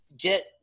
get